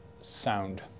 sound